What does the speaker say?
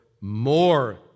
more